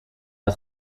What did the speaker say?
had